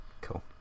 cool